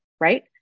right